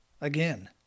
again